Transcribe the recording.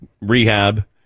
Rehab